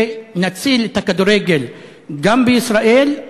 ונציל את הכדורגל גם בישראל,